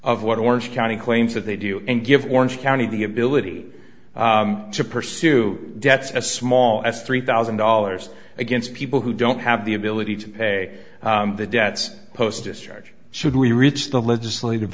of what orange county claims that they do and give orange county the ability to pursue debts as small as three thousand dollars against people who don't have the ability to pay the debts post discharge should we reach the legislative